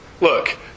Look